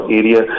area